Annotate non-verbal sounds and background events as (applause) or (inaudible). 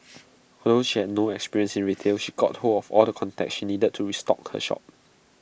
(noise) although she had no experience in retail she got hold of all the contacts she needed to stock her shop